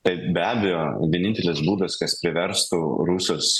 taip be abejo vienintelis būdas kas priverstų rusus